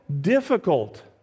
difficult